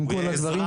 עם כל הדברים.